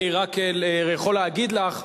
אני רק יכול להגיד לך,